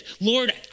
Lord